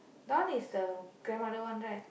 that one is the grandmother one right